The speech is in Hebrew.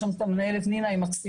יש שם את המנהלת נינה והיא מקסימה.